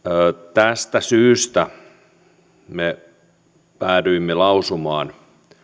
tästä syystä me päädyimme lausumaan